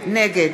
נגד